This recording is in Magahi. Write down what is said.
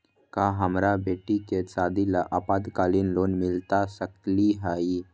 का हमरा बेटी के सादी ला अल्पकालिक लोन मिलता सकली हई?